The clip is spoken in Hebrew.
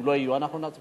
אם לא יהיו, אנחנו נצביע.